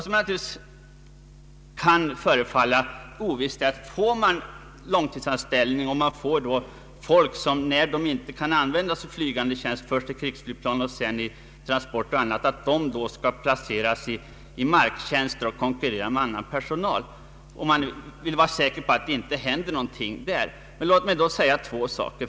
Utredarna oroas av att vid långtidsanställning få personal som när den inte kan användas i flygtjänst — först i krigsflygplan och sedan i annan flygtjänst — skall placeras i marktjänst och då konkurrera med annan personal. Låt mig då säga två saker.